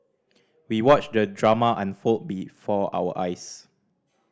we watched the drama unfold before our eyes